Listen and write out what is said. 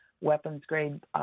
weapons-grade